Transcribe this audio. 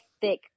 thick